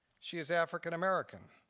she is african american.